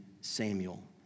Samuel